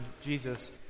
Jesus